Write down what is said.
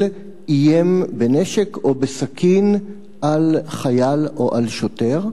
איים בנשק או בסכין על חייל או על שוטר?